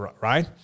right